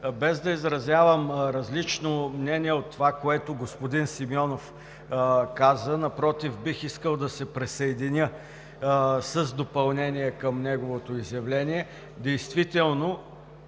Без да изразявам различно мнение от това, което каза господин Симеонов, напротив бих искал да се присъединя с допълнение към неговото изявление. Действително,